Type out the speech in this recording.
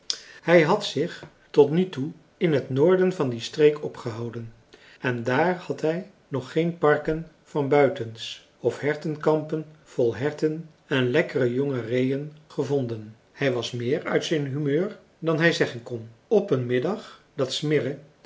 hij had zich tot nu toe in het noorden van die streek opgehouden en daar had hij nog geen parken van buitens of hertenkampen vol herten en lekkere jonge reeën gevonden hij was meer uit zijn humeur dan hij zeggen kon op een middag dat smirre